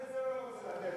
גם את זה הוא לא רוצה לתת.